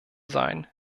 sein